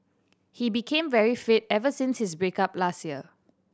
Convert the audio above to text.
he became very fit ever since his break up last year